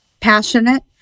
passionate